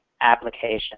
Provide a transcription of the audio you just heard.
application